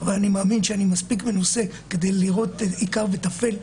ואני מאמין שאני מספיק מנוסה כדי לראות עיקר וטפל.